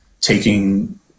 taking